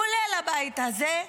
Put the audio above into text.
כולל הבית הזה,